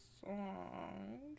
song